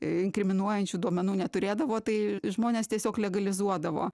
inkriminuojančių duomenų neturėdavo tai žmonės tiesiog legalizuodavo